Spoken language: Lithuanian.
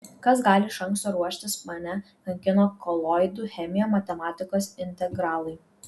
kas gali iš anksto ruoštis mane kankino koloidų chemija matematikos integralai